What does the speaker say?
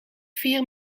vier